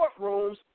courtrooms